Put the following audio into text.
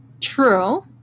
true